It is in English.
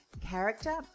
Character